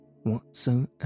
whatsoever